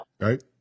Right